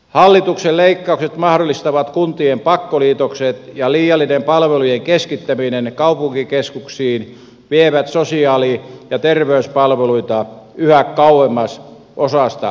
hallituksen leikkaukset mahdollistavat kuntien pakkoliitokset ja liiallinen palvelujen keskittäminen kaupunkikeskuksiin vie sosiaali ja terveyspalveluita yhä kauemmas osasta kuntalaisia